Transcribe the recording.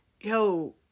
yo